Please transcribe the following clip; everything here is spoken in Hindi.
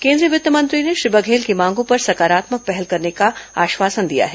केंद्रीय वित्त मंत्री ने श्री बधेल की मांगों पर सकारात्मक पहल करने का आश्वासन दिया है